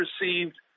received